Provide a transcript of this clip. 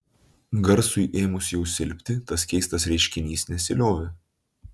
garsui ėmus jau silpti tas keistas reiškinys nesiliovė